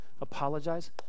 apologize